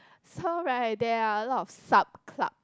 so right there are a lot of sub clubs